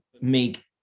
make